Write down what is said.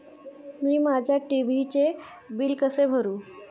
मी माझ्या टी.व्ही चे बिल कसे भरू?